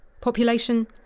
Population